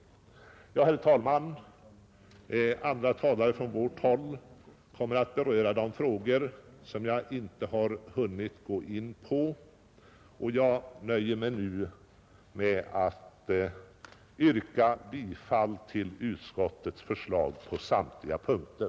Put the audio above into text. Ja, herr talman, andra talare från vårt håll kommer att beröra de frågor som jag inte har hunnit gå in på. Jag nöjer mig nu med att yrka bifall till utskottets hemställan på samtliga punkter.